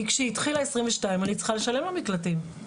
כי שהתחילה 2022 אני צריכה לשלם למקלטים.